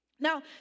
Now